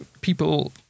people